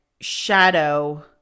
shadow